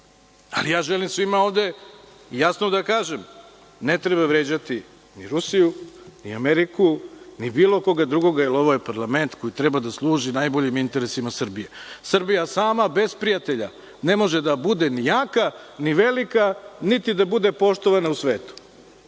ja želim svima ovde jasno da kažem – ne treba vređati ni Rusiju, ni Ameriku ni bilo koga drugoga, jer ovo je parlament koji treba da služi najboljim interesima Srbije. Srbija sama bez prijatelja ne može da bude ni jaka, ni velika, niti da bude poštovana u svetu.